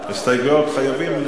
הסתייגויות חייבים,